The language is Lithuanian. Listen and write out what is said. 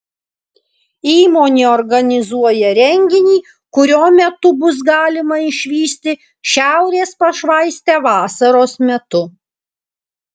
įmonė organizuoja renginį kurio metu bus galima išvysti šiaurės pašvaistę vasaros metu